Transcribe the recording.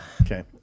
Okay